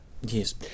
Yes